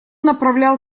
направлял